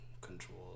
control